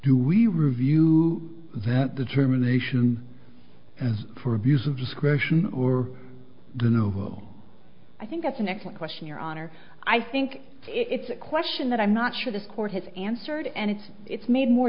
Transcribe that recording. do we review that determination for abuse of discretion or the no i think that's an excellent question your honor i think it's a question that i'm not sure this court has answered and it's it's made more